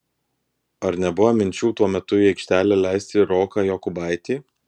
ar nebuvo minčių tuo metu į aikštelę leisti roką jokubaitį